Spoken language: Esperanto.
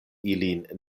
ilin